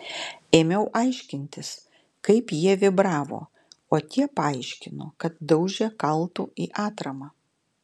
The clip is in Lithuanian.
ėmiau aiškintis kaip jie vibravo o tie paaiškino kad daužė kaltu į atramą